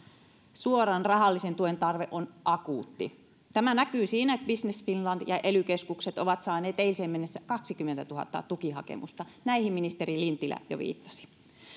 suoran rahallisen tuen tarve on akuutti tämä näkyy siinä että business finland ja ely keskukset ovat saaneet eiliseen mennessä kaksikymmentätuhatta tukihakemusta näihin ministeri lintilä jo viittasi